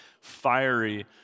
fiery